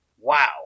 Wow